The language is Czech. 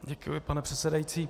Děkuji, pane předsedající.